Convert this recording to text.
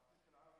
שלוש